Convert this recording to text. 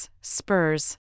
Spurs